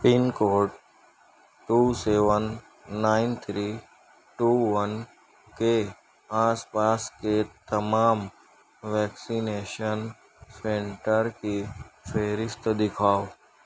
پن code two seven nine three two one کے آس پاس کے تمام ویکسینیشن سینٹر کی فہرست دکھاؤ